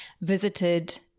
visited